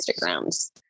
Instagrams